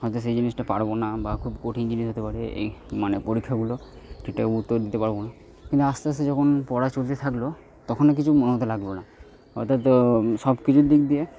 হয়তো সেই জিনিসটা পারব না বা খুব কঠিন জিনিস হতে পারে এই মানে পরীক্ষাগুলো সেটা উত্তর দিতে পারব না কিন্তু আস্তে আস্তে যখন পড়া চলতে থাকল তখনই কিছু মনে হতে লাগল না অর্থাৎ সব কিছুর দিক দিয়ে